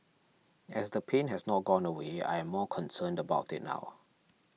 as the pain has not gone away I am more concerned about it now